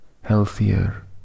healthier